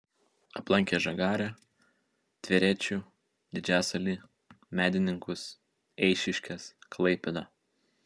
aplankė žagarę tverečių didžiasalį medininkus eišiškes klaipėdą